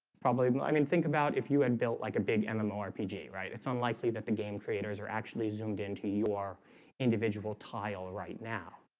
probably i mean think about if you had and built like a big and mmorpg, right? it's unlikely that the game creators are actually zoomed into your individual tile right now